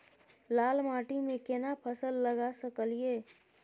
लाल माटी में केना फसल लगा सकलिए?